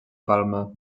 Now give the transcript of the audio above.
palma